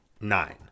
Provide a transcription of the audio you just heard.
nine